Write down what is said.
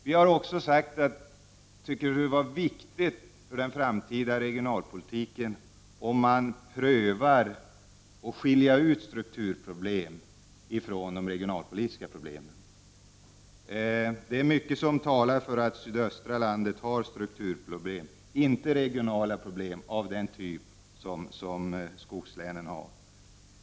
Vi har också sagt att det är viktigt för den framtida regionalpolitiken att man försöker skilja strukturproblemen från de regionalpolitiska problemen. Det är mycket som talar för att sydöstra Sverige har strukturproblem men inte regionala problem av den typ som skogslänen har.